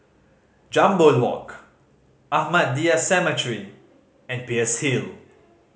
Jambol Walk Ahmadiyya Cemetery and Peirce Hill